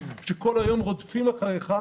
כשכל היום רודפים אחריך,